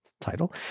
title